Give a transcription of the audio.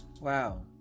Wow